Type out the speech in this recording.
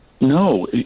No